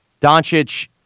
Doncic